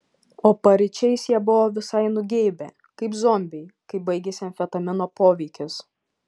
o paryčiais jie buvo visai nugeibę kaip zombiai kai baigėsi amfetamino poveikis